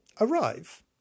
Arrive